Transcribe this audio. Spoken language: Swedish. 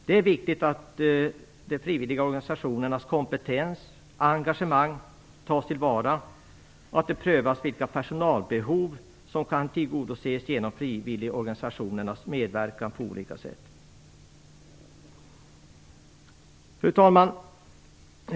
Det är viktigt att de frivilliga organisationernas kompetens och engagemang tas till vara och att det prövas vilka personalbehov som kan tillgodoses genom frivilligorganisationernas medverkan på olika sätt. Fru talman!